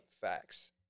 Facts